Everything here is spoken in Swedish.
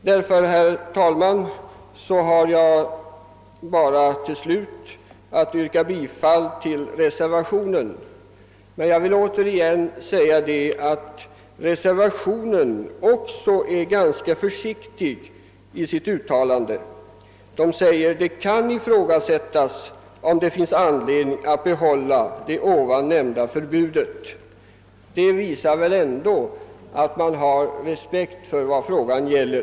Därför har jag nu bara att yrka bifall till reservationen. Jag vill emellertid återigen framhålla, att även reservationen är ganska försiktig i sitt uttalande. Reservanterna säger att det kan »ifrågasättas om det finns anledning att behålla det ovan nämnda förbudet». Detta visar väl att man har respekt för vad frågan gäller.